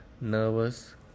nervous